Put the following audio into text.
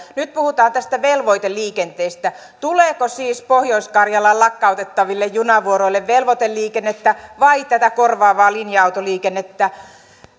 nyt puhutaan tästä velvoiteliikenteestä tuleeko siis pohjois karjalaan lakkautettaville junavuoroille velvoiteliikennettä vai tätä korvaavaa linja autoliikennettä